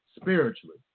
spiritually